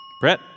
Brett